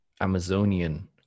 Amazonian